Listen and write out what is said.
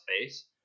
face